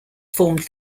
formed